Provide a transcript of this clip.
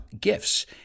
gifts